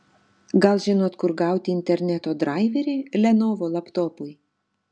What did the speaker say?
gal žinot kur gauti interneto draiverį lenovo laptopui